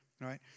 Right